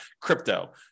crypto